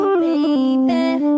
baby